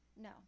no